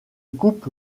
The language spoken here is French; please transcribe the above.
coupe